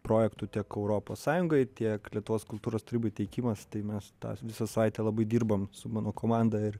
projektų tiek europos sąjungai tiek lietuvos kultūros tarybai teikimas tai mes tą visą savaitę labai dirbam su mano komanda ir